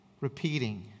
repeating